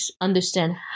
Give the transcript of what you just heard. understand